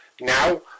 Now